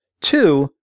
Two